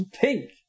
Pink